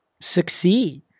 succeed